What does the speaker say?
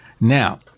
Now